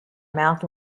mouth